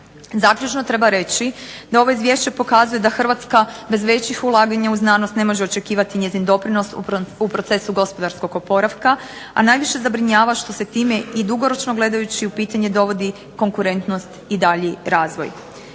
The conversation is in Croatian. Zaključno treba reći da ovo izvješće pokazuje da Hrvatska bez većih ulaganja u znanost ne može očekivati njezin doprinos u procesu gospodarskog oporavka, a najviše zabrinjava što se time i dugoročno gledajući u pitanje dovodi konkurentnost i daljnji razvoj.